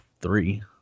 three